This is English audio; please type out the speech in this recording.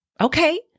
okay